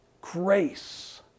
grace